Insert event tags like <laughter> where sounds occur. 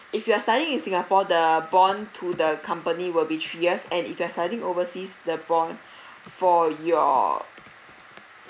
if you're studying in singapore the bond to the company will be three years and if you're studying overseas the bond <breath> for your